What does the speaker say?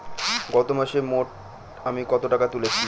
গত মাসে মোট আমি কত টাকা তুলেছি?